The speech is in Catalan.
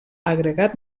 agregat